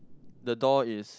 the door is